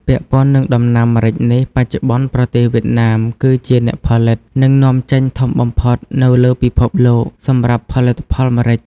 ពាក់ព័ន្ធនឹងដំណាំ ម្រេចនេះ បច្ចុប្បន្នប្រទេសវៀតណាម គឺជាអ្នកផលិត និងនាំចេញធំបំផុតនៅលើពិភព លោក សម្រាប់ផលិតផលម្រេច ។